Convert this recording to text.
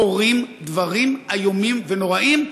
קורים דברים איומים ונוראים,